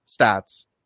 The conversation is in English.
stats